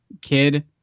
kid